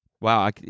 Wow